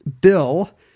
Bill